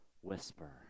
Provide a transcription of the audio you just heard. whisper